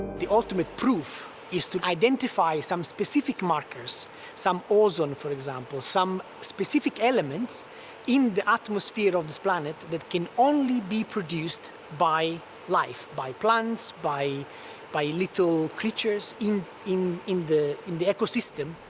the ultimate proof is to identify some specific markers some ozone for example some specific elements in the atmosphere of this planet that can only be produced by life by plants by by little creatures in in in the in the ecosystem